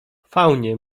faunie